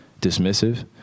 dismissive